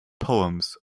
poems